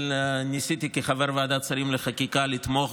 אבל כחבר ועדת שרים לחקיקה ניסיתי לתמוך